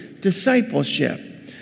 discipleship